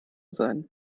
sein